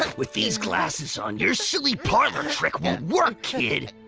but with these glasses on your silly parlor tick won't work, kid.